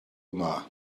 yma